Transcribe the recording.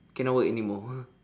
cannot work anymore